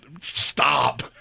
stop